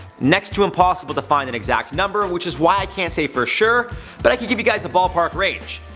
next to impossible to find an exact number, which is why i can't say for sure but i can give you a ball park range.